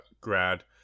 grad